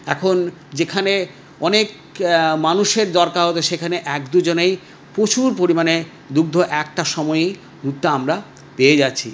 এখন যেখানে অনেক মানুষের দরকার হত সেখানে এক দুজনেই পচুর পরিমাণে দুগ্ধ একটা সময়েই দুধটা আমরা পেয়ে যাচ্ছি